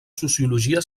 sociologia